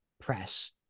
press